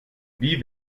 wie